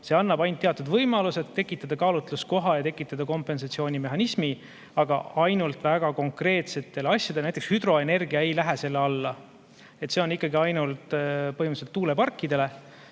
See annab ainult teatud võimaluse tekitada kaalutluskoht ja tekitada kompensatsioonimehhanism, aga ainult väga konkreetsete asjade puhul. Näiteks hüdroenergia ei lähe selle alla. See on põhimõtteliselt ikkagi ainult tuuleparkidele